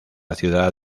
ciudad